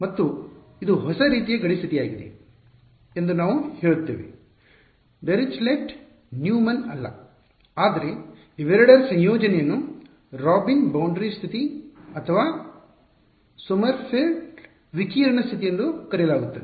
ಮತ್ತು ಇದು ಹೊಸ ರೀತಿಯ ಗಡಿ ಸ್ಥಿತಿಯಾಗಿದೆ ಎಂದು ನಾವು ಹೇಳುತ್ತೇವೆ ಡಿರಿಚ್ಲೆಟ್ ನ್ಯೂಮನ್ ಅಲ್ಲ ಆದರೆ ಇವೆರಡರ ಸಂಯೋಜನೆಯನ್ನು ರಾಬಿನ್ ಬೌಂಡರಿ ಸ್ಥಿತಿ ಅಥವಾ ಸೊಮರ್ಫೀಲ್ಡ್ ವಿಕಿರಣ ಸ್ಥಿತಿ ಎಂದು ಕರೆಯಲಾಗುತ್ತದೆ